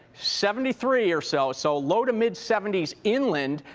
seventy three or so, so low to mid seventy s inland.